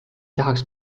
tahaks